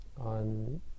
on